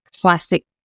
classic